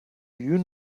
you